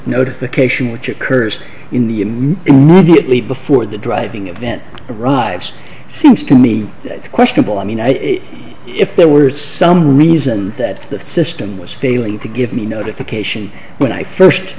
notification which occurs in the immediately before the driving event arrives seems to me it's questionable i mean if there were some reason that the system was failing to give me notification when i first